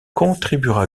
contribuera